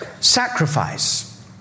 Sacrifice